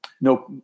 No